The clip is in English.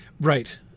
right